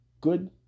Good